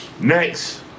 Next